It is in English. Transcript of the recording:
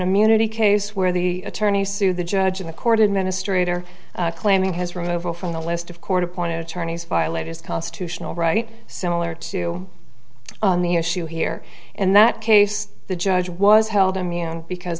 immunity case where the attorneys sue the judge in the court administrator claiming his removal from the list of court appointed attorneys violate his constitutional right similar to the issue here in that case the judge was held immune because